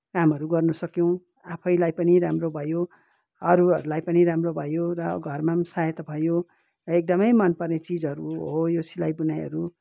कामहरू गर्नुसक्यौँ आफैलाई पनि राम्रो भयो अरूहरूलाई पनि राम्रो भयो र घरमा पनि सहायता भयो एकदमै मनपर्ने चिजहरू हो यो सिलाइ बुनाइहरू